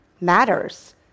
matters